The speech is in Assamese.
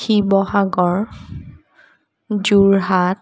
শিৱসাগৰ যোৰহাট